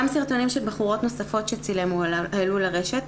גם סרטונים של בחורות נוספות שצילם הועלו לרשת.